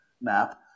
map